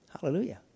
Hallelujah